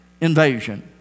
invasion